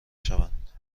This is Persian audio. شوند